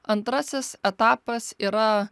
antrasis etapas yra